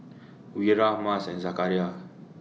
Wira Mas and Zakaria